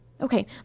Okay